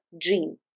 dream